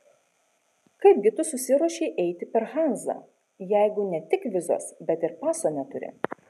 kaip gi tu susiruošei eiti per hanzą jeigu ne tik vizos bet ir paso neturi